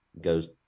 goes